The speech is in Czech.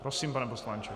Prosím, pane poslanče.